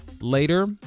Later